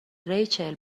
ریچل